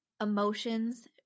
emotions